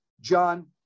John